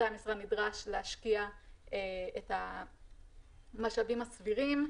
המשרה נדרש להשקיע את המשאבים הסבירים.